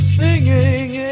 singing